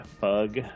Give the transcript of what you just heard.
bug